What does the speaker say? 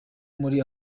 muri